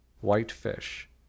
Whitefish